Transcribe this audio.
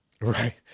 Right